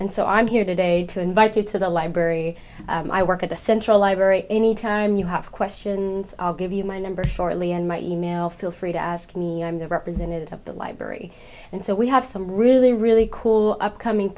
and so i'm here today to invited to the library my work at the central library any time you have questions i'll give you my number shortly and my e mail feel free to ask me i'm the representative of the library and so we have some really really cool upcoming